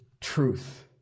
truth